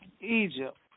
Egypt